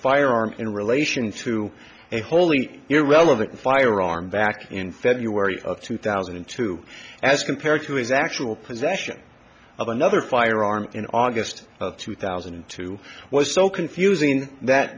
firearm in relation to a wholly irrelevant firearm back in february of two thousand and two as compared to his actual possession of another firearm in august two thousand and two was so confusing that